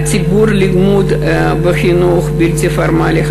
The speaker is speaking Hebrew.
תגבור לימוד בחינוך בלתי פורמלי,